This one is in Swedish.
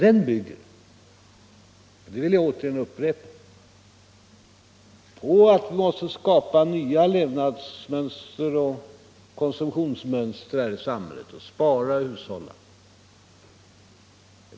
Den bygger på — det vill jag återigen upprepa — att vi måste skapa nya levnadsmönster och konsumtionsmönster här i samhället, att vi måste spara och hushålla.